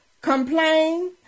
complain